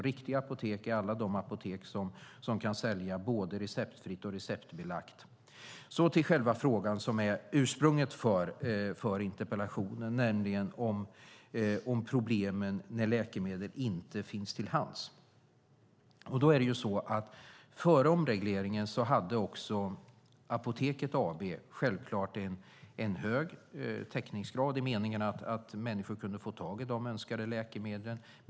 Riktiga apotek är alla de apotek som kan sälja både receptfritt och receptbelagt. Så till själva frågan, som är ursprunget till interpellationen, nämligen om problemen när läkemedel inte finns till hands. Före omregleringen hade Apoteket AB hög täckningsgrad i meningen att människor kunde få tag i önskade läkemedel.